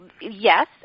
Yes